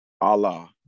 Allah